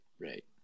right